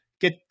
get